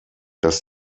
dass